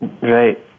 right